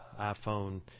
iPhone